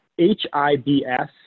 HIBS